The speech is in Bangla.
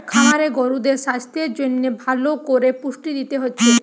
খামারে গরুদের সাস্থের জন্যে ভালো কোরে পুষ্টি দিতে হচ্ছে